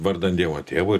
vardan dievo tėvo